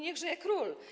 Niech żyje król!